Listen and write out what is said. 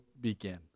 begin